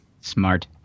Smart